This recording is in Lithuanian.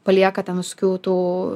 palieka ten visokių tų